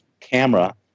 camera